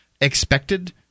expected